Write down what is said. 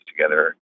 together